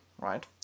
right